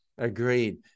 Agreed